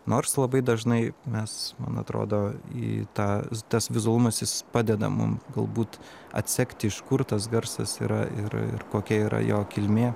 nors labai dažnai mes man atrodo į tą tas vizualumas jis padeda mum galbūt atsekti iš kur tas garsas yra ir ir kokia yra jo kilmė